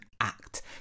Act